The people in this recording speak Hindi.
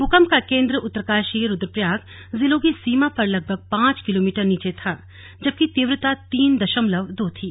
भूकंप का केंद्र उत्तरकाशी रुद्रप्रयाग जिलों की सीमा पर लगभग पांच किलोमीटर नीचे था जबकि तीव्रता तीन दशमलव दो थी